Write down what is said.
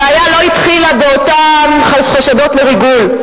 הבעיה לא התחילה באותם חשדות לריגול.